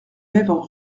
lèvres